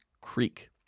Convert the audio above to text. Creek